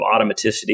automaticity